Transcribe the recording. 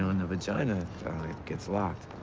know, and the vagina gets locked.